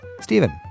Stephen